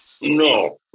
no